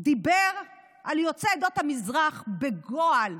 דיבר על יוצאי עדות המזרח בגועל,